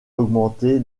augmenté